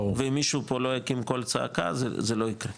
ואם מישהו פה לא יקים קול צעקה זה לא יקרה.